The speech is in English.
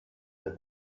said